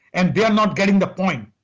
and they're not getting the point.